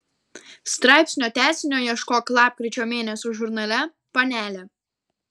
straipsnio tęsinio ieškok lapkričio mėnesio žurnale panelė